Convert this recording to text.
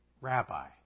Rabbi